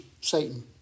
Satan